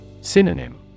Synonym